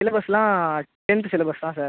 சிலபஸ்லாம் tenth syllabus தான் sir